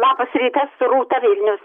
labas rytas rūta vilnius